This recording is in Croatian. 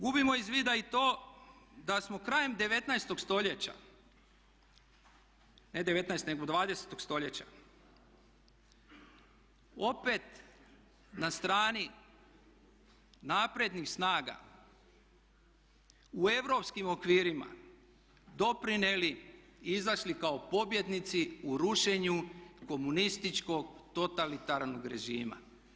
Gubimo iz vida i to da smo krajem 19.-og stoljeća, ne 19.-og, nego 20.-og stoljeća opet na strani naprednih snaga u europskim okvirima doprineli i izašli kao pobjednici u rušenju komunističkog totalitarnog režima.